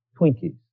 Twinkies